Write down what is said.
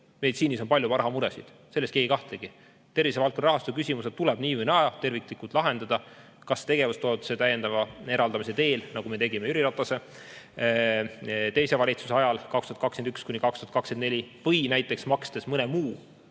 meditsiinis on palju rahamuresid, selles keegi ei kahtlegi. Tervishoiuvaldkonna rahastuse küsimused tuleb nii või naa terviklikult lahendada kas tegevustoetuse täiendava eraldamise teel, nagu me tegime Jüri Ratase teise valitsuse ajal 2021–2024, või näiteks makstes mõne muu